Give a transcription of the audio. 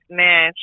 man